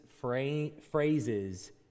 phrases